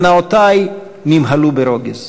הנאותי נמהלו ברוגז.